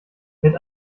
mit